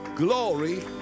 Glory